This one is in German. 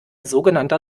sogenannter